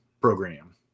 program